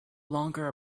longer